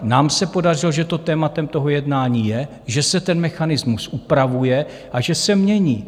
Nám se podařilo, že to tématem jednání je, že se ten mechanismus upravuje a že se mění.